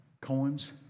Coins